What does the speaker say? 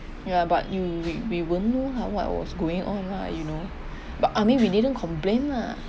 ya but you we we won't know lah what was going on ah you know but I mean we didn't complain lah